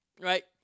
right